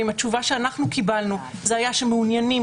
התשובה שאנחנו קיבלנו הייתה שמעוניינים